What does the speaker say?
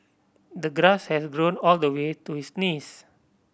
the grass had grown all the way to his knees